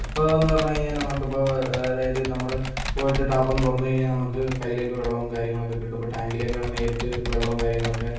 ഇപ്പോന്ന് പറഞ്ഞു കഴിഞ്ഞാൽ നമുക്കിപ്പോൾ അതായത് നമ്മള് പോയിട്ട് ടാപ്പൊന്ന് തുറന്നു കഴിഞ്ഞാൽ നമുക്ക് കൈലേക്ക് വെള്ളവും കാര്യങ്ങളൊക്കെ കിട്ടും അപ്പോൾ ടാങ്കിലേക്കാണ് നേരിട്ട് വെള്ളവും കാര്യങ്ങളൊക്കെ